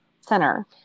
center